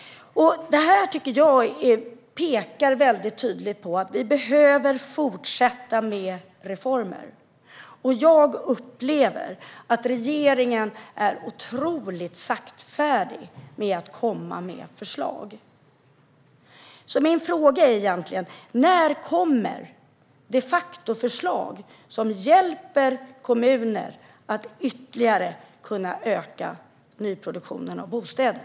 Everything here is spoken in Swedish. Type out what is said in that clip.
Jag tycker att detta tydligt pekar på att vi behöver fortsätta med reformer. Jag upplever att regeringen är otroligt saktfärdig när det gäller att komma med förslag. Min fråga är egentligen: När kommer de facto-förslag som hjälper kommuner att ytterligare kunna öka nyproduktionen av bostäder?